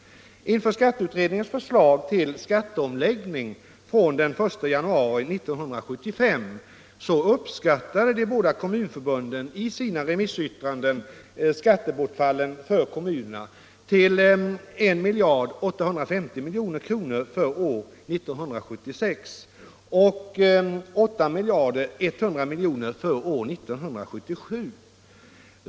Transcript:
Inför skatteutredningens förslag till skatteomläggning från den 1 januari 1975 uppskattade de båda kommunförbunden i sina remissyttranden skattebortfallet för kommunerna till 1 850 000 000 kr. för år 1976 och till 8 100 000 000 kr. för år 1977.